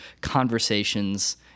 conversations